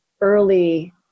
early